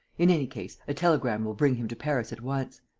in any case, a telegram will bring him to paris at once.